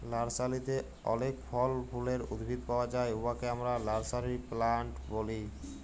লার্সারিতে অলেক ফল ফুলের উদ্ভিদ পাউয়া যায় উয়াকে আমরা লার্সারি প্লান্ট ব্যলি